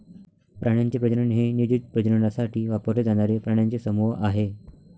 प्राण्यांचे प्रजनन हे नियोजित प्रजननासाठी वापरले जाणारे प्राण्यांचे समूह आहे